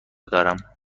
دارم